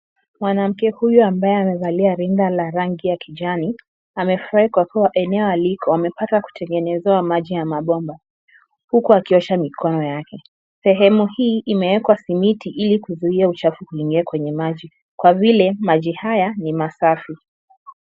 Mwanamke huyu ambaye amevalia rinda la rangi ya kijani, amefurahi kwa kuwa eneo aliko amepata kutengenezewa maji ya mabomba. Huku akiosha mikono yake, sehemu hii imewekwa simiti ili kuzuia uchafu kuingia kwenye maji kwa vile maji haya ni masafi.